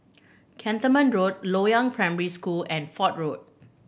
Cantonment Road Loyang Primary School and Fort Road